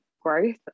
growth